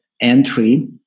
entry